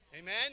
Amen